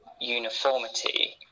uniformity